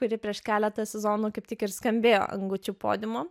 kuri prieš keletą sezonų kaip tik ir skambėjo an gucci podiumo